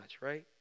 right